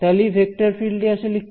তাহলে এই vector field টি আসলে কি